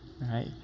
right